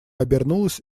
обернулась